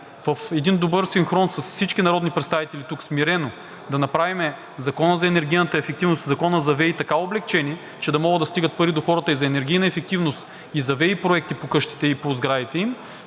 в един добър синхрон с всички народни представители тук смирено да направим Закона за енергийната ефективност и Закона за ВЕИ така облекчени, че да могат да стигат пари до хората за енергийна ефективност, за ВЕИ-проекти по къщите и по сградите им,